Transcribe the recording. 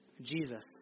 Jesus